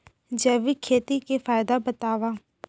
जैविक खेती के फायदा बतावा?